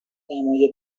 دمای